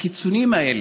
הקיצוניים האלה,